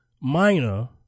minor